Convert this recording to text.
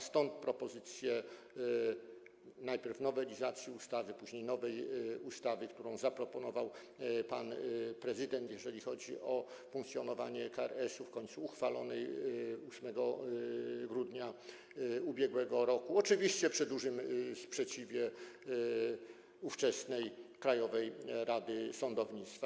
Stąd propozycje najpierw nowelizacji ustawy, później nowej ustawy, którą zaproponował pan prezydent, jeżeli chodzi o funkcjonowanie KRS, w końcu uchwalonej 8 grudnia ub.r., oczywiście przy dużym sprzeciwie ówczesnej Krajowej Rady Sądownictwa.